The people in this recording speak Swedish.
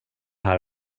här